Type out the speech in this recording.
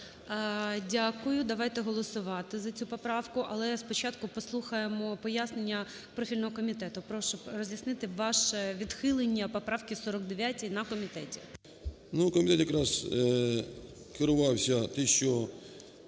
Дякую. Давайте голосувати за цю поправку. Але спочатку послухаємо пояснення профільного комітету. Прошу роз'яснити ваше відхилення поправки 49 на комітеті. 13:10:13 ПАЛАМАРЧУК М.П. Ну,